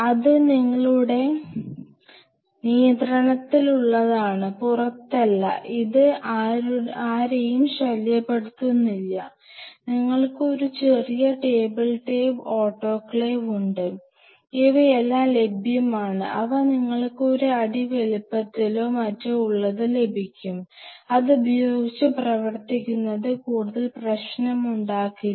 അത് നിങ്ങളുടെ നിയന്ത്രണത്തിലുള്ളത് പുറത്തല്ല ഇത് ആരെയും ശല്യപ്പെടുത്തുന്നില്ല നിങ്ങൾക്ക് ഒരു ചെറിയ ടേബിൾ ടോപ്പ് ഓട്ടോക്ലേവ് ഉണ്ട് ഇവയെല്ലാം ലഭ്യമാണ് അവ നിങ്ങൾക്ക് ഒരു അടി വലുപ്പമോ മറ്റോ ഉള്ളത് ലഭിക്കും ഇതുപയോഗിച്ച് പ്രവർത്തിക്കുന്നത് കൂടുതൽ പ്രശ്നമുണ്ടാക്കില്ല